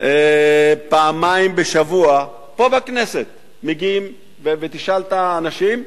פעמיים בשבוע, פה בכנסת, ותשאל את האנשים,